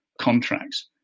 contracts